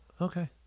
okay